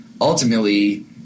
ultimately